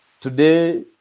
Today